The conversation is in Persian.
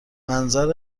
منظر